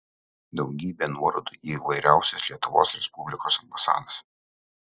daugybė nuorodų į įvairiausias lietuvos respublikos ambasadas